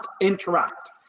interact